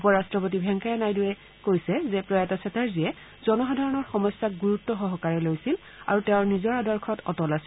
উপ ৰাষ্ট্ৰপতি ভেংকায়া নাইডুৱে কৈছে যে প্ৰয়াত চাটাৰ্জীয়ে জনসাধাৰণৰ সমস্যাক গুৰুত্বসহকাৰে লৈছিল আৰু তেওঁৰ নিজৰ আদৰ্শত অটল আছিল